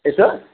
ಎಷ್ಟು